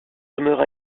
demeure